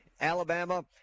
Alabama